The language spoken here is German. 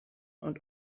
und